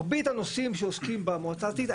מרבית הנושאים שעוסקים במועצה הארצית,